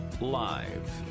Live